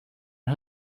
who